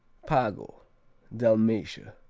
pago dalmatia,